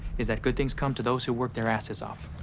is that good things come to those who work their asses off,